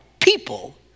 people